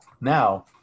Now